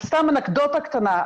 סתם אנקדוטה קטנה,